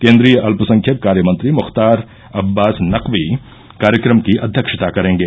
केन्द्रीय अत्यसंख्यक कार्यमंत्री मुख्तार अब्वास नकवी कार्यक्रम की अध्यक्षता करेगे